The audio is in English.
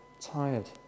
tired